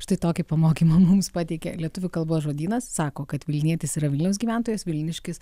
štai tokį pamokymą mums pateikė lietuvių kalbos žodynas sako kad vilnietis yra vilniaus gyventojas vilniškis